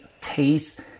taste